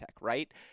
right